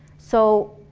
so